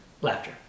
Laughter